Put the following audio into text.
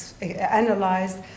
analyzed